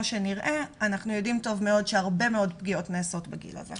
שנראה אנחנו יודעים טוב מאוד שהרבה מאוד פגיעות נעשות בגיל הזה.